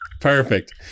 Perfect